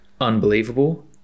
Unbelievable